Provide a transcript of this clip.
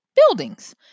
buildings